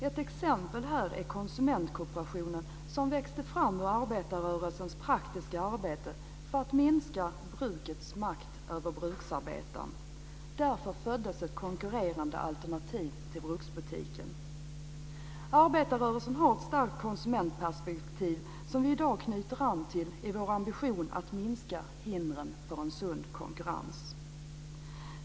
Ett exempel är konsumentkooperationen, som växte fram ur arbetarrörelsens praktiska arbete för att minska brukets makt över bruksarbetaren. Därför föddes ett konkurrerande alternativ till bruksbutiken. Arbetarrörelsen har ett starkt konsumentperspektiv, som vi i dag knyter an till i vår ambition att minska hindren för en sund konkurrens.